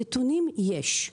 נתונים יש,